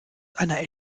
einer